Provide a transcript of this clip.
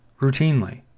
routinely